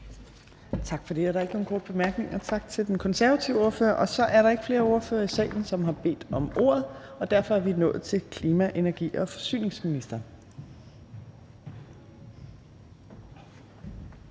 Tak for det. Der er ikke nogen korte bemærkninger. Tak til den konservative ordfører. Så er der ikke flere ordførere i salen, som har bedt om ordet, og derfor er vi nået til klima-, energi- og forsyningsministeren.